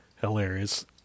Hilarious